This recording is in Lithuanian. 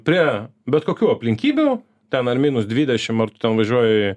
prie bet kokių aplinkybių ten ar minus dvidešim ar tu ten važiuoji